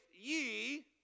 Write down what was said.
ye